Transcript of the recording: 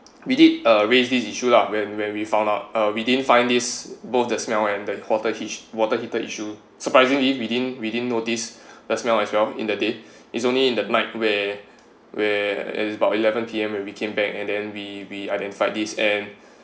we did uh raise this issue lah when when we found out we didn't finds these both the smell and the water heat~ water heater issue surprisingly we didn't we didn't noticed the smell as well in the day is only in the night where where is about eleven P_M when we came back and then we we identified this and